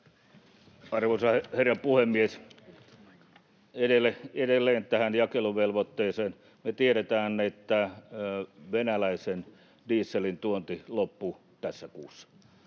Arvoisa herra puhemies! Edelleen tähän jakeluvelvoitteeseen: Me tiedetään, että venäläisen dieselin tuonti loppui tässä kuussa.